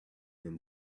them